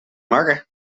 makke